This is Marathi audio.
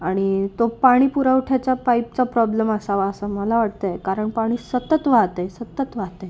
आणि तो पाणी पुरवठ्याचा पाईपचा प्रॉब्लेम असावा असं मला वाटतंय कारण पाणी सतत वाहतेय सतत वाहतेय